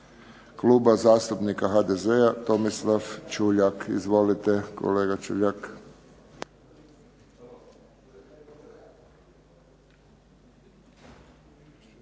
Kluba zastupnika HDZ-a Tomislav Čuljak. Izvolite kolega Čuljak.